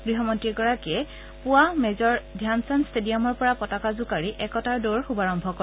গৃহমন্ত্ৰীগৰাকীয়ে পুৰা মেজৰ ধ্যানচাঁদ ষ্টেডিয়ামৰ পৰা পতাকা জোকাৰি একতাৰ দৌৰৰ শুভাৰম্ভ কৰে